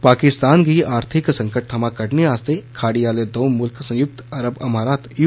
पाकिस्तान गी आर्थिक संकट थमां कड्डने आस्ते खाड़ी आले दौंऊ मुल्ख संयुक्त अरब अमारात न्